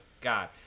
God